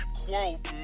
Quote